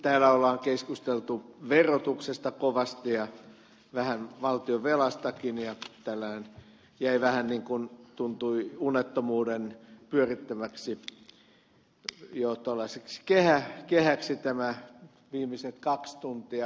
täällä on keskusteltu verotuksesta kovasti ja vähän valtionvelastakin ja nämä viimeiset kaksi tuntia jäivät jo vähän niin kuin tuntui tuollaiseksi unettomuuden pyörittämäksi kehäksi